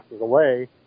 away